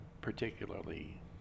particularly